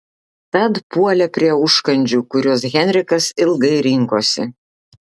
tad puolė prie užkandžių kuriuos henrikas ilgai rinkosi